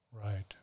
Right